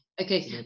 Okay